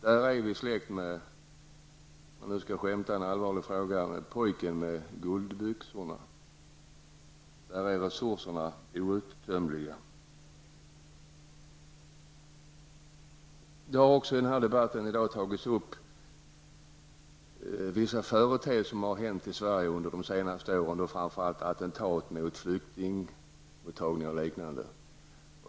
Där är vi släkt med, om jag nu skall skämta i en allvarlig fråga, pojken med guldbyxorna. Där är resurserna outtömliga. Det har i debatten i dag tagits upp vissa företeelser i Sverige under de senaste åren, framför allt attentat mot flyktingmottagningar och liknande.